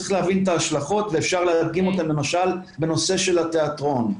צריך להבין את ההשלכות ואפשר להדגים אותם למשל בנושא של התיאטרון.